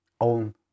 own